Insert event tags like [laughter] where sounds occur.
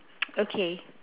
[noise] okay